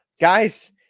guys